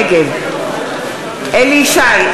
נגד אליהו ישי,